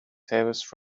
tavis